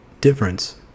difference